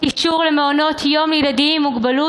הרחבת האישור למעונות יום לילדים עם מוגבלות